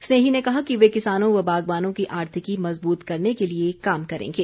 स्नेही ने कहा कि वे किसानों व बागवानों की आर्थिकी मजबूत करने के लिए काम करेंगे